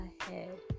ahead